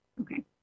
Okay